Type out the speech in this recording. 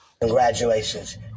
Congratulations